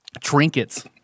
trinkets